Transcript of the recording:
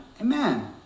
Amen